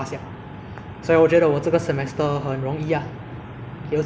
有几次 home based learning mah 应为比较多时间在家里温习功课这样 ah